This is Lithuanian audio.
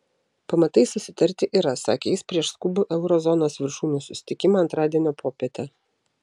pamatai susitarti yra sakė jis prieš skubų euro zonos viršūnių susitikimą antradienio popietę